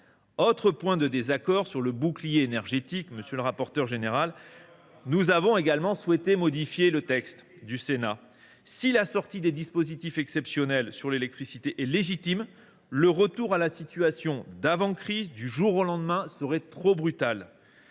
qui font des efforts ! Sur le bouclier énergétique, nous avons également souhaité modifier le texte du Sénat. Si la sortie des dispositifs exceptionnels sur l’électricité est légitime, un retour à la situation d’avant crise, du jour au lendemain, serait trop brutal.